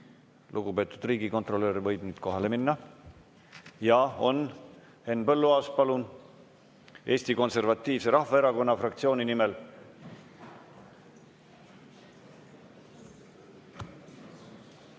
Lugupeetud riigikontrolör võib nüüd kohale minna. Jaa, on. Henn Põlluaas, palun, Eesti Konservatiivse Rahvaerakonna fraktsiooni nimel!